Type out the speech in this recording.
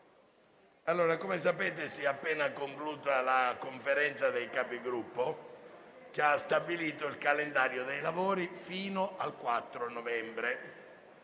l'emiciclo. Si è appena conclusa la Conferenza dei Capigruppo, che ha stabilito il calendario dei lavori fino al 4 novembre.